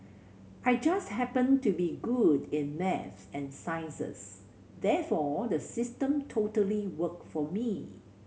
I just happened to be good in maths and sciences therefore the system totally worked for me